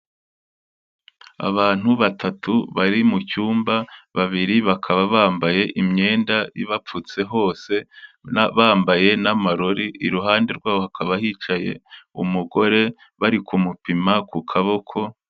Abantu batatu bari mu cyumba, babiri bakaba bambaye imyenda ibapfutse hose, bambaye n'amarori, iruhande rwabo hakaba hicaye umugore bari kumupima ku kaboko...